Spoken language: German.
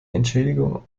entschädigung